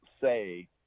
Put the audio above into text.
say